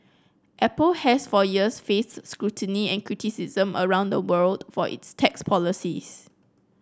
apple has for years faced scrutiny and criticism around the world for its tax policies